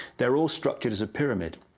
they're all structures of pyramid.